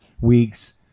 weeks